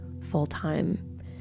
full-time